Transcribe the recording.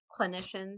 clinicians